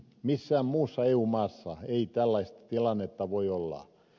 missään muussa eu maassa ei tällaista tilannetta voi olla